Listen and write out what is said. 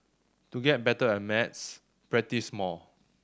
to get better at maths practise more